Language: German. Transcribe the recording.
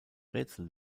rätsel